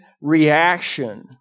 Reaction